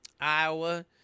Iowa